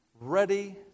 ready